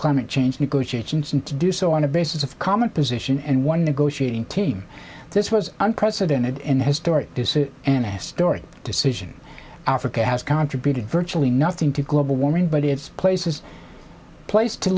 climate change negotiations and to do so on the basis of common position and one negotiating team this was unprecedented in history and astore decision africa has contribution virtually nothing to global warming but its place is a place to